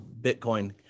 Bitcoin